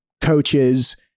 coaches